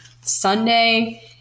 Sunday